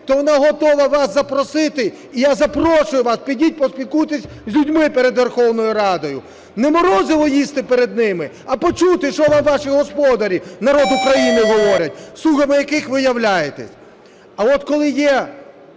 то вона готова вас запросити, і я запрошую вас, підіть поспілкуйтеся з людьми перед Верховною Радою. Не морозиво їсти перед ними, а почути, що вам ваші господарі – народ України – говорить, слугами яких ви являєтеся. А от коли є